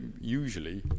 usually